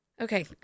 okay